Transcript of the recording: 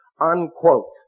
unquote